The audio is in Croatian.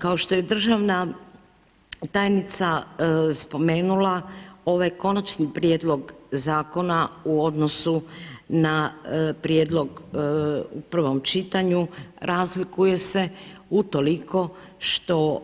Kao što je državna tajnica spomenula ovaj konačni prijedlog zakona u odnosu na prijedlog u prvom čitanju, razlikuje se utoliko što